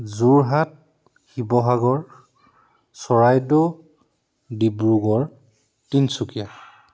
Jorhat Sivasagar Charaideo Dibrugarh Tinsukia